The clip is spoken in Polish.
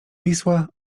wisła